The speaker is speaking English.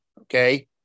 Okay